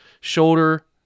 shoulder